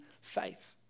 faith